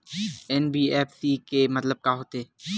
NBFC के मतलब का होथे?